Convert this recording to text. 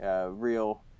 real